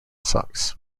sox